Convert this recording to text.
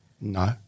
No